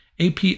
AP